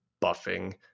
buffing